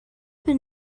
been